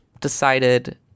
decided